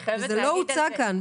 זה לא הוצג כאן.